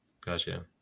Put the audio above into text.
Gotcha